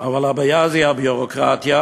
אבל הבעיה היא הביורוקרטיה.